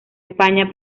españa